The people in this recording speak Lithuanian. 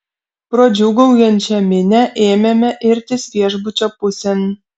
pro džiūgaujančią minią ėmėme irtis viešbučio pusėn